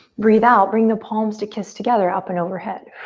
breathe out, bring the palms to kiss together up and overhead.